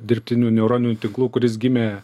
dirbtinių neuroninių tinklų kuris gimė